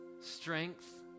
strength